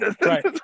Right